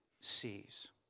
sees